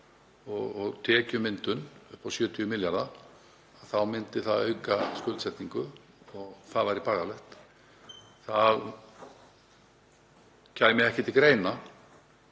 og tekjumyndun upp á 70 milljarða þá myndi það auka skuldsetningu og það væri bagalegt. Það kæmi ekki til greina